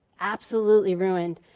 absolutely ruined.